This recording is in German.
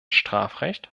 strafrecht